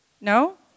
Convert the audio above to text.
No